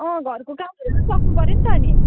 अँ घरको कामहरू पनि सक्नु पऱ्यो नि त अनि